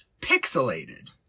Pixelated